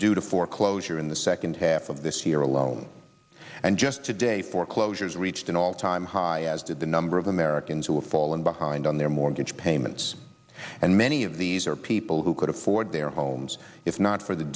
due to foreclosure in the second half of this year alone and just today foreclosures reached an all time high as did the number of americans who have fallen behind on their mortgage payments and many of these are people who could afford their homes if not for the